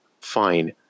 fine